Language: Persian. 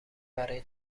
برای